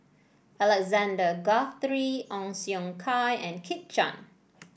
Alexander Guthrie Ong Siong Kai and Kit Chan